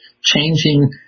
changing